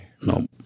No